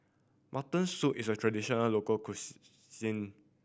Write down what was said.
mutton soup is a traditional local